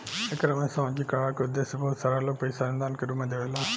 एकरा में सामाजिक कल्याण के उद्देश्य से बहुत सारा लोग पईसा अनुदान के रूप में देवेला